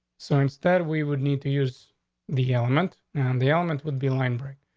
so instead we would need to use the element and the element would be line break.